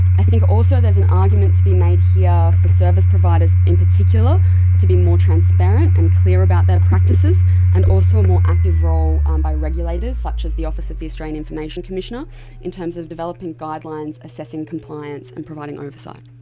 i think also there is an argument to be made here for service providers in particular to be more transparent and clear about their practices and also a more active role um by regulators such as the office of the australian information commissioner in terms of developing guidelines, assessing compliance and providing oversight.